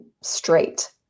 straight